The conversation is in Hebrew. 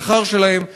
בשכר שלהם,